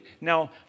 Now